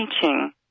teaching